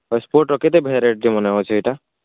ସ୍ପୋର୍ଟର କେତେ ଭେରାଇଟି ମାନେ ଅଛି ଏଇଟା